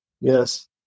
Yes